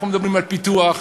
אנחנו מדברים על פיתוח,